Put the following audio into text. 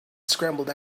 scrambled